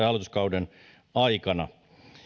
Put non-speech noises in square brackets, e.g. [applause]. [unintelligible] hallituskauden aikana